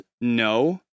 no